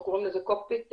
אנחנו קוראים לזה קוקפיט,